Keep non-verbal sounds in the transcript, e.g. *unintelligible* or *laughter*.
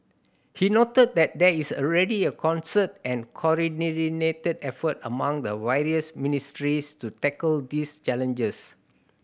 he noted that there is already a concerted and *unintelligible* effort among the various ministries to tackle these challenges